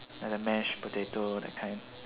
like the mashed potato that kind